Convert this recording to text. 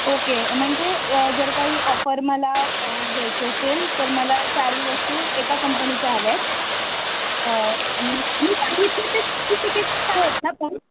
okay म्हणजे जर काही ऑफर मला घ्यायची असेल तर मला चारही वस्तू एका कंपनीच्या हव्यात आणि मी सांगितली तशीच स्पेसिफिकेशन्स आहेत ना पण